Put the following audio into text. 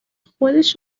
خودش